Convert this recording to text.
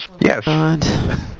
Yes